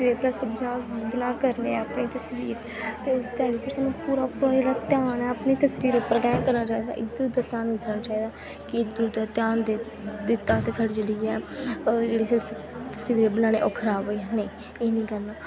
ते प्लस बनाऽ बनाऽ करने आं अपनी तसवीर ते उस टाईम पर सानूं पूरा पूरा जेह्ड़ा ध्यान ऐ अपनी तसबीर उप्पर गै करना चाहिदा इद्धर उद्धर ध्यान निं जाना चाहिदा कि इद्धर उद्धर ध्यान दि दित्ता ते साढ़ी जेह्ड़ी ऐ जेह्ड़ी अस तसबीर बनाऽ ने ओह् खराब होई जानी एह् निं करना